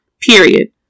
period